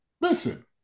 listen